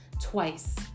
twice